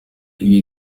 ibi